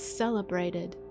celebrated